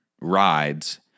rides